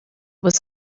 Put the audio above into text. was